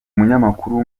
munyamakuru